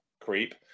creep